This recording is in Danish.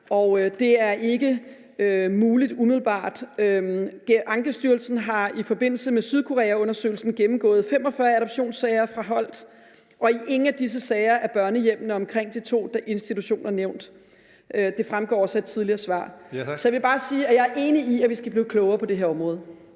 og det er ikke umiddelbart muligt. Ankestyrelsen har i forbindelse med Sydkoreaundersøgelsen gennemgået 45 adoptionssager fra Holt, og i ingen af disse sager er børnehjemmene omkring de to institutioner nævnt, og det fremgår også af et tidligere svar. Så jeg vil bare sige, at jeg er enig i, at vi skal blive klogere på det her område.